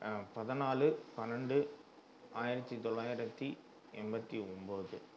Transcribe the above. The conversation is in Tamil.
பதினாலு பன்னெண்டு ஆயிரத்தி தொள்ளாயிரத்தி எண்பத்தி ஒம்பது